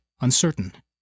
uncertain